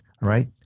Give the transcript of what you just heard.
right